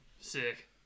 Sick